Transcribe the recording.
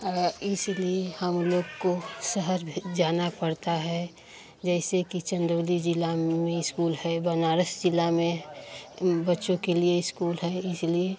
है इसलिए हम लोग को शहर शहर जाना पड़ता है जैसे कि चंदौली जिला में स्कूल है बनारस जिला में बच्चों के लिए स्कूल है इसलिए